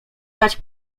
dać